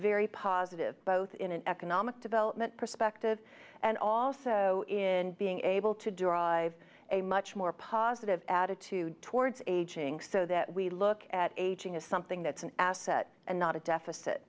very positive both in an economic development perspective and also in being able to drive a much more positive attitude towards aging so that we look at aging as something that's an asset and not a deficit